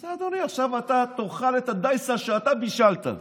אז אדוני, עכשיו אתה תאכל את הדייסה שאתה בישלת.